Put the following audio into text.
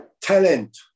talent